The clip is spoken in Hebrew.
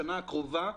לשנה הקרובה,